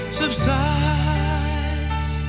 subsides